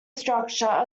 structure